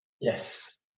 Yes